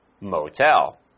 motel